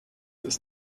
ist